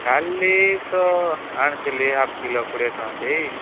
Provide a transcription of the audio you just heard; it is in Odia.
କାଲି ତ ଆଣିଥିଲି ହାପ୍ କିଲୋ କୋଡ଼ିଏ ଟଙ୍କା ଦେଇ